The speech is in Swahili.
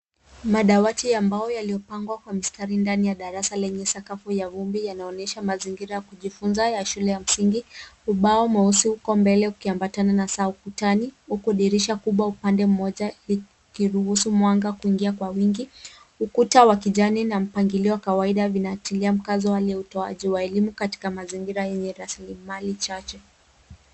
Madawati ya mbao yaliyopangwa kwa mistari ndani ya darasa lenye sakafu ya vumbi yanaonyesha mazingira ya kujivunza ya shule ya msingi. Ubao mweusi uko mbele ukiambatana na saa ukutani, huku dirisha kubwa upande mmoja ukiruhusu mwanga kuingia kwa wingi. Ukuta wa kijani na mpangilio wa kawaida vinatilia mkazo hali ya utoaji wa elimu katika mazingira yenye rasilimali chache.